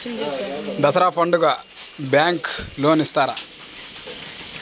దసరా పండుగ bank loan ఇస్తారా?